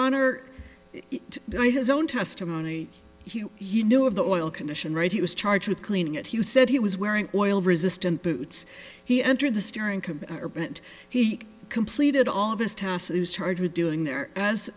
honor his own testimony he knew of the oil condition right he was charged with cleaning it he said he was wearing oil resistant boots he entered the steering or bent he completed all of his tasks it was charged with doing there as